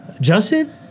Justin